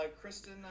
Kristen